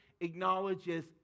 acknowledges